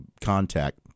contact